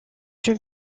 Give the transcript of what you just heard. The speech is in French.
une